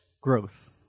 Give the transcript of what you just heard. growth